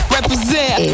Represent